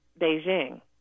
Beijing